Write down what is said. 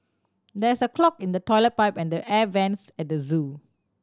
there is a clog in the toilet pipe and the air vents at the zoo